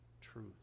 truth